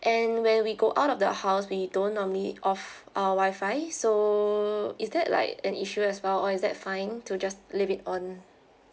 and when we go out of the house we don't normally off our wi-fi so is that like an issue as well or is that fine to just leave it on